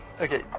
Okay